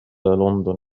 لندن